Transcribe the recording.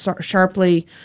sharply